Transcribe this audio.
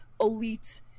elite